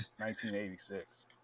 1986